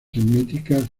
semíticas